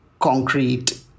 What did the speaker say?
concrete